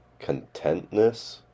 contentness